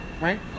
Right